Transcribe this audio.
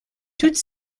toutes